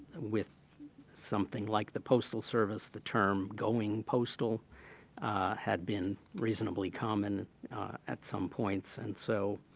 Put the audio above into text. with something like the postal service, the term going postal had been reasonably common at some points. and so,